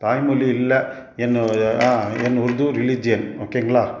தாய்மொழி இல்லை என் என் உருது ஒரு ரிலீஜியன் ஓகேங்களா